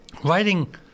writing